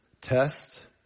test